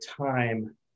time